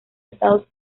estados